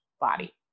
body